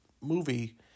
movie